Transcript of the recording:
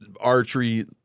archery